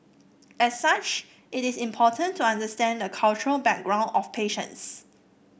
as such it is important to understand the cultural background of patients